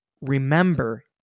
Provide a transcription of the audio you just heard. Remember